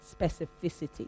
specificity